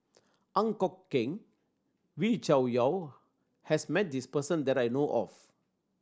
Ang Kok Peng Wee Cho Yaw has met this person that I know of